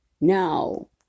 Now